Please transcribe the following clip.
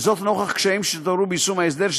וזאת נוכח קשיים שהתעוררו ביישום ההסדר,